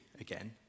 again